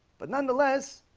but nonetheless